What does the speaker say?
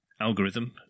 algorithm